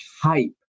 hype